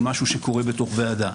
למשהו שקורה בתוך ועדה.